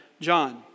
John